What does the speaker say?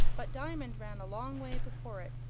but diamond ran a long way before it,